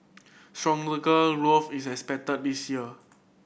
growth is expected this year